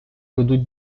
ведуть